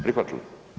Prihvatili?